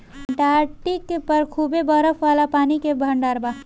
Antarctic पर खूबे बरफ वाला पानी के भंडार बा